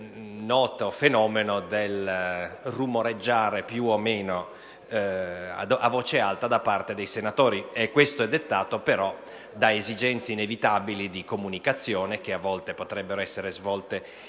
noto fenomeno del rumoreggiare, più o meno voce alta, dei senatori. Ciò però è dettato da esigenze inevitabili di comunicazione, che a volte potrebbero essere